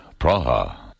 Praha